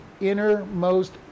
innermost